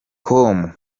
com